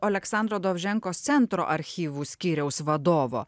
oleksandro dovženkos centro archyvų skyriaus vadovo